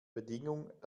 bedingung